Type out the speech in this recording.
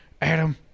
adam